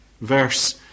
verse